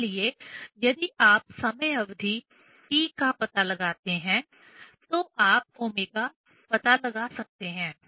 इसलिए यदि आप समय अवधि T का पता लगाते हैं तो आप ω पता लगा सकते हैं